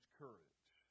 courage